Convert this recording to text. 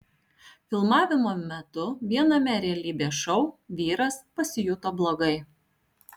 filmavimo metu viename realybės šou vyras pasijuto blogai